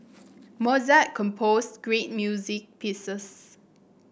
Mozart composed great music pieces